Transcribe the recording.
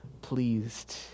pleased